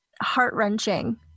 heart-wrenching